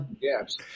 Yes